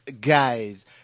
guys